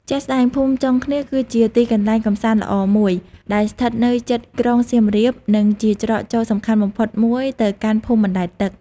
ជាក់ស្ដែង ភូមិចុងឃ្នៀសគឺជាទីកន្លែងកំសាន្តល្អមួយ ដែលស្ថិតនៅជិតក្រុងសៀមរាប និងជាច្រកចូលសំខាន់បំផុតមួយទៅកាន់ភូមិបណ្ដែតទឹក។